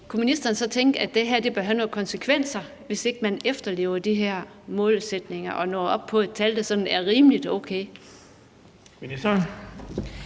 ministeren så tænke sig, at det bør have nogle konsekvenser, hvis man ikke efterlever de her målsætninger og når op på et tal, der er sådan rimelig okay?